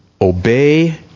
Obey